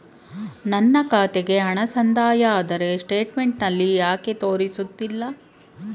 ನನ್ನ ಖಾತೆಗೆ ಹಣ ಸಂದಾಯ ಆದರೆ ಸ್ಟೇಟ್ಮೆಂಟ್ ನಲ್ಲಿ ಯಾಕೆ ತೋರಿಸುತ್ತಿಲ್ಲ?